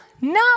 No